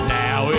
now